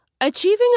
Achieving